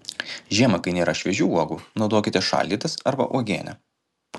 žiemą kai nėra šviežių uogų naudokite šaldytas arba uogienę